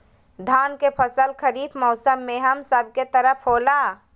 धान के फसल खरीफ मौसम में हम सब के तरफ होला